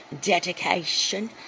dedication